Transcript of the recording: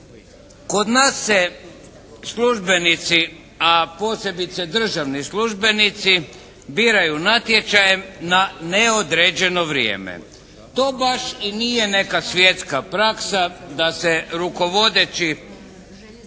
Kod nas se službenici, a posebice državni službenici biraju natječajem na neodređeno vrijeme. To baš i nije neka svjetska praksa da se rukovodeći